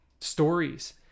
stories